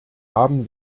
haben